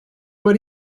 what